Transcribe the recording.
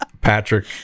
patrick